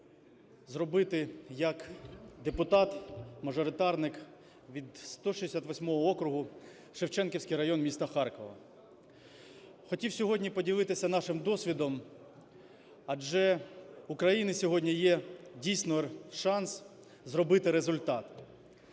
зробити як депутат-мажоритарник від 168 округу, Шевченківський район міста Харкова. Хотів сьогодні поділитися нашим досвідом, адже в України сьогодні є дійсно шанс зробити результат,